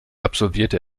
absolvierte